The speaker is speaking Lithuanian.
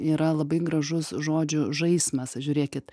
yra labai gražus žodžių žaismas žiūrėkit